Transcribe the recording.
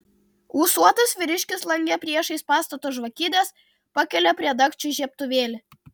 ūsuotas vyriškis lange priešais pastato žvakides pakelia prie dagčių žiebtuvėlį